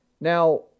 Now